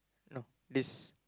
no this